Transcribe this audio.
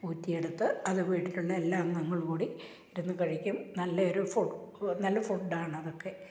ഊറ്റിയെടുത്ത് അത് വീട്ടിലുള്ള എല്ലാ അംഗങ്ങൾ കൂടി ഇരുന്ന് കഴിക്കും നല്ലയൊരു ഫുഡ് നല്ല ഫുഡ്ഡാണതൊക്കെ